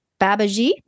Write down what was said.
Babaji